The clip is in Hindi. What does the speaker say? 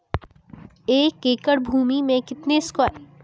एक एकड़ भूमि में कितने स्क्वायर फिट होते हैं?